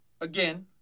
again